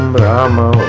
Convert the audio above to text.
Brahma